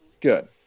Good